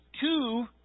two